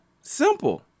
Simple